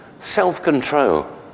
self-control